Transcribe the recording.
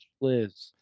Liz